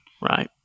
Right